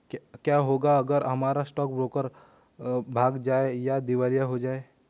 क्या होगा अगर हमारा स्टॉक ब्रोकर भाग जाए या दिवालिया हो जाये?